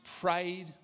prayed